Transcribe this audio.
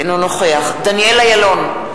אינו נוכח דניאל אילון,